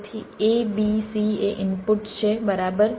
તેથી A B C એ inputs છે બરાબર